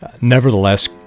nevertheless